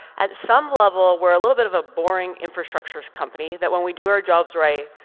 at some level, we're a little bit of a boring infrastructure company, that when we do our jobs right,